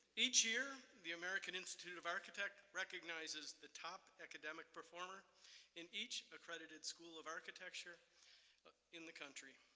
each year, the american institute of architect recognizes the top academic performer in each accredited school of architecture in the country.